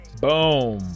Boom